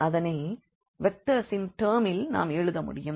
அதனை வெக்டர்சின் டெர்மில் நாம் எழுத முடியும்